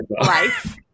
life